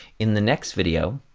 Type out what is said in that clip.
in the next video,